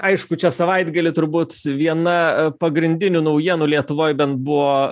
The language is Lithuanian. aišku čia savaitgalį turbūt viena pagrindinių naujienų lietuvoj bent buvo